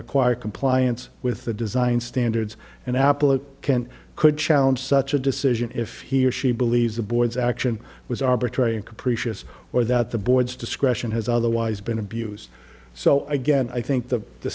require compliance with the design standards and apple it can't could challenge such a decision if he or she believes the board's action was arbitrary and capricious or that the board's discretion has otherwise been abused so again i think that the